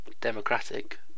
democratic